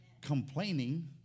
Complaining